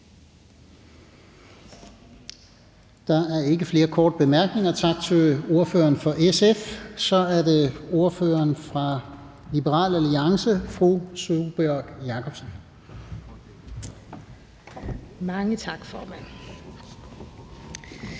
Der er ikke flere korte bemærkninger. Tak til ordføreren for SF. Så er det ordføreren fra Liberal Alliance, fru Sólbjørg Jakobsen. Kl.